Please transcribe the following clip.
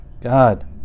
God